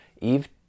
Eve